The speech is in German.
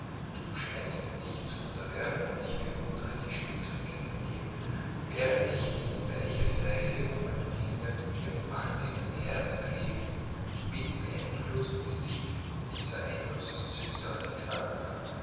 du scheinst dich zu unterwerfen und ich bewundere die schmiegsamkeit an dir und während ich die weiche seide um meinen finger wickle macht sie mein herz erbeben ich bin beeinflußt besiegt und dieser einfluß ist süßer als ich sagen kann